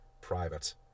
private